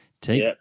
take